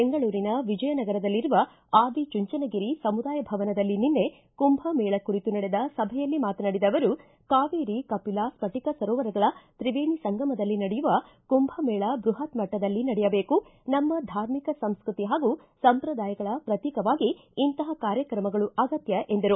ಬೆಂಗಳೂರಿನ ವಿಜಯನಗರದಲ್ಲಿರುವ ಆದಿಚುಂಚನಗಿರಿ ಸಮುದಾಯ ಭವನದಲ್ಲಿ ನಿನ್ನೆ ಕುಂಭಮೇಳ ಕುರಿತು ನಡೆದ ಸಭೆಯಲ್ಲಿ ಮಾತನಾಡಿದ ಅವರು ಕಾವೇರಿ ಕಪಿಲಾ ಸ್ಪಟಿಕ ಸರೋವರಗಳ ತ್ರಿವೇಣಿ ಸಂಗಮದಲ್ಲಿ ನಡೆಯುವ ಕುಂಭಮೇಳ ಬೃಹತ್ ಮಟ್ಟದಲ್ಲಿ ನಡೆಯಬೇಕು ನಮ್ಮ ಧಾರ್ಮಿಕ ಸಂಸ್ಕತಿ ಹಾಗೂ ಸಂಪ್ರದಾಯಗಳ ಪ್ರತೀಕವಾಗಿ ಅಂತಹ ಕಾರ್ಯಕ್ರಮಗಳು ಅಗತ್ತ ಎಂದರು